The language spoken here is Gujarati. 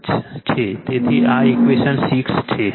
તેથી આ ઇક્વેશન 6 છે